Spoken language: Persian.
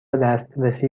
دسترسی